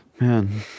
Man